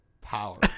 power